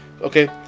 okay